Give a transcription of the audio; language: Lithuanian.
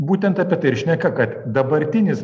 būtent apie tai ir šneka kad dabartinis